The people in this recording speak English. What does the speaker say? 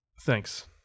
thanks